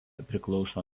priklauso